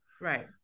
right